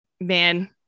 man